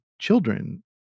children